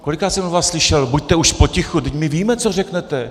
Kolikrát jsem od vás slyšel: buďte už potichu, vždyť my víme, co řeknete.